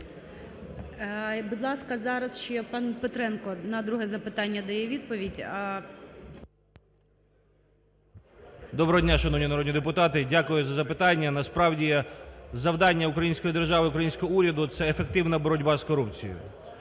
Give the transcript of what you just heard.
Доброго дня, шановні народні депутати! Дякую за запитання. Насправді завдання української держави і українського уряду, це ефективна боротьба з корупцією